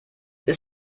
ist